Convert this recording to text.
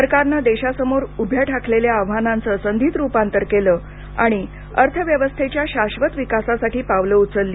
सरकारनं देशासमोर उभ्या ठाकलेल्या आव्हानांचं संधीत रुपांतर केलं आणि अर्थव्यवस्थेच्या शाश्वत विकासासाठी पावलं उचलली